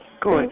Good